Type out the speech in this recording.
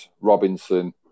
Robinson